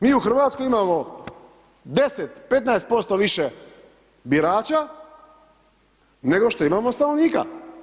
Mi u Hrvatskoj imamo 10, 15% više birača, nego što imamo stanovnika.